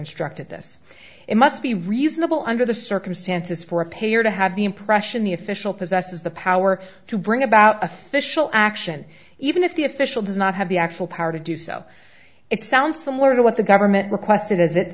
instructed this it must be reasonable under the circumstances for a pair to have the impression the official possesses the power to bring about official action even if the official does not have the actual power to do so it sounds similar to what the government requested